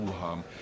haben